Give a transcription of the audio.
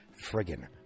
friggin